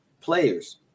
players